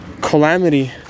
calamity